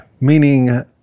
Meaning